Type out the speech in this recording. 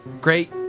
great